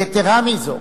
יתירה מזו,